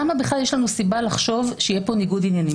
למה בכלל יש לנו סיבה לחשוב שיהיה כאן ניגוד עניינים?